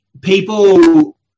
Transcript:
People